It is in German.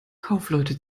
kaufleute